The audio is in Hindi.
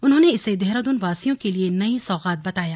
उन्होंने इसे देहरादूनवासियों के लिए नई सौगात बताया